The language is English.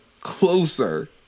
closer